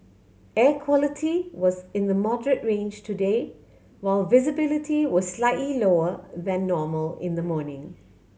air quality was in the moderate range today while visibility was slightly lower than normal in the morning